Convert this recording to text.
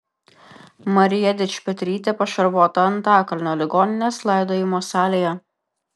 marija dičpetrytė pašarvota antakalnio ligoninės laidojimo salėje